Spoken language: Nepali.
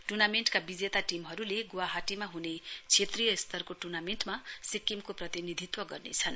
टुर्नामेण्टका बिजेता टीमहरूले गुवाहाटीमा हुने क्षेत्रीय स्तरको टुर्नामेण्टमा सिक्किमको प्रतिनिधित्व गर्नेछन्